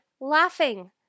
laughing